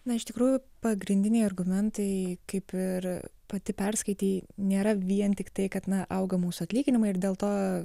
na iš tikrųjų pagrindiniai argumentai kaip ir pati perskaitei nėra vien tik tai kad na auga mūsų atlyginimai ir dėl to